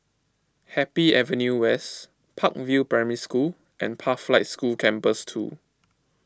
Happy Avenue West Park View Primary School and Pathlight School Campus two